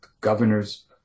governors